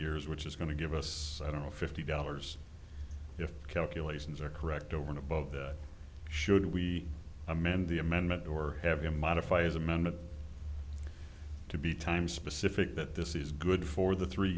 years which is going to give us i don't know fifty dollars if the calculations are correct over and above that should we amend the amendment or have them modify as amended to be time specific that this is good for the three